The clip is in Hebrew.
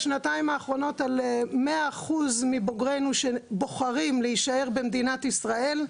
בשנתיים האחרונות 100% מבוגרנו בוחרים להישאר במדינת ישראל.